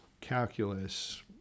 calculus